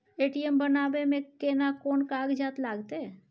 ATM बनाबै मे केना कोन कागजात लागतै?